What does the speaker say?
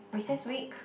recess week